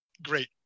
Great